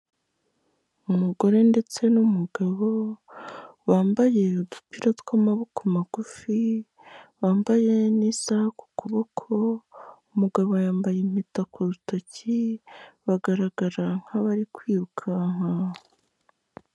Umugore ndetse n'umugabo wambaye udupira tw'amaboko magufi, wambaye n'isaha ku kuboko, umugabo yambaye impeta ku rutoki, bagaragara nk'abari kwirukanka.